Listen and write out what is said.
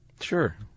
Sure